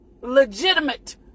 legitimate